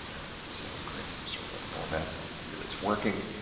alright so, create some sort of a format, so we can see that it's working.